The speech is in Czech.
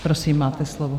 Prosím, máte slovo.